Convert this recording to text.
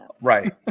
Right